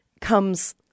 comes